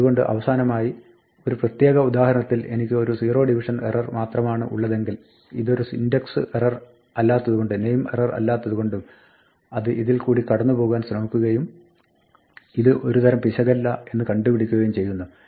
അതുകൊണ്ട് അവസാനമായി ഈ ഒരു പ്രത്യേക ഉദാഹരണത്തിൽ എനിക്ക് ഒരു സീറോ ഡിവിഷൻ എറർ മാത്രമാണ് ഉള്ളതെങ്കിൽ ഇതൊരു ഇൻഡക്സ് എറർ അല്ലാത്തത് കൊണ്ടും നെയിം എറർ അല്ലാത്തത് കൊണ്ടും അത് ഇതിൽകൂടി കടന്നു പോകുവാൻ ശ്രമിക്കുകയും ഇത് ഒരു തരം പിശകല്ല എന്ന് കണ്ടുപിടിക്കുകയും ചെയ്യുന്നു